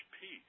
peace